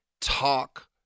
talk